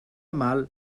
mal